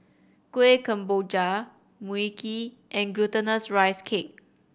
Kuih Kemboja Mui Kee and Glutinous Rice Cake